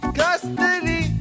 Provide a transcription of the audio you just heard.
custody